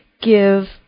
give